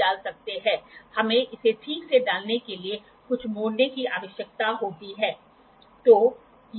और फिर यह वापस आता है वे रीक्नसट्रकट होता है और आप इसे आईपीस में देख सकते हैं और फिर आप बाद में इसे आईपीस साइड में देख सकते हैं